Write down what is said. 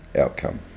outcome